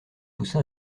poussé